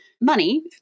money